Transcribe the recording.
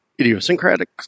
idiosyncratic